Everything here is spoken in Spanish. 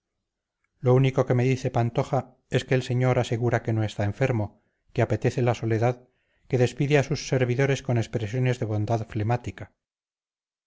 lo único que me dice pantoja es que el señor asegura que no está enfermo que apetece la soledad que despide a sus servidores con expresiones de bondad flemática